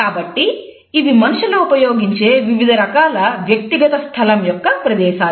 కాబట్టి ఇవి మనుషులు ఉపయోగించే వివిధ రకాల వ్యక్తిగత స్థలం యొక్క ప్రదేశాలు